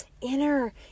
inner